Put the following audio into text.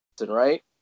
right